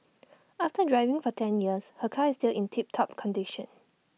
after driving for ten years her car is still in tip top condition